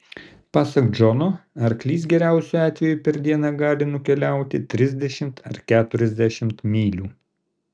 pasak džono arklys geriausiu atveju per dieną gali nukeliauti trisdešimt ar keturiasdešimt mylių